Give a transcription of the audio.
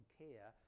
care